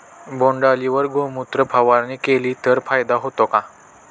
बोंडअळीवर गोमूत्र फवारणी केली तर फायदा होतो का?